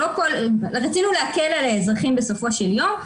רצינו להקל על האזרחים בסופו של יום,